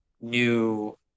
new